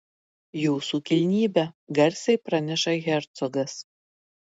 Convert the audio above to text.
jūsų kilnybe garsiai praneša hercogas